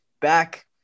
back